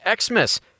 Xmas